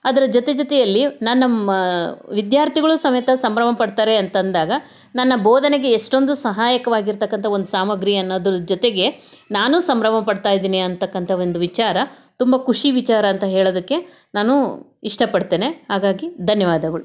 ಅದರ ಜೊತೆ ಜೊತೆಯಲ್ಲಿ ನನ್ನ ವಿದ್ಯಾರ್ಥಿಗಳೂ ಸಮೇತ ಸಂಭ್ರಮಪಡ್ತಾರೆ ಅಂತಂದಾಗ ನನ್ನ ಬೋಧನೆಗೆ ಎಷ್ಟೊಂದು ಸಹಾಯಕವಾಗಿರತಕ್ಕಂಥ ಒಂದು ಸಾಮಗ್ರಿ ಅನ್ನೋದ್ರ ಜೊತೆಗೆ ನಾನು ಸಂಭ್ರಮ ಪಡ್ತಾ ಇದ್ದೀನಿ ಅಂತಕ್ಕಂಥ ಒಂದು ವಿಚಾರ ತುಂಬ ಖುಷಿ ವಿಚಾರ ಅಂತ ಹೇಳೋದಕ್ಕೆ ನಾನು ಇಷ್ಟಪಡ್ತೇನೆ ಹಾಗಾಗಿ ಧನ್ಯವಾದಗಳು